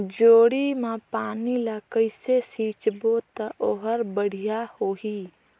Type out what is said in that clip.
जोणी मा पानी ला कइसे सिंचबो ता ओहार बेडिया होही?